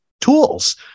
tools